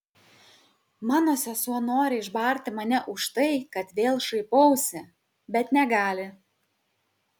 mano sesuo nori išbarti mane už tai kad vėl šaipausi bet negali